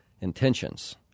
intentions